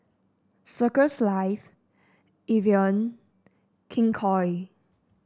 Circles Life Evian King Koil